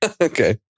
Okay